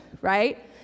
right